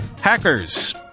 hackers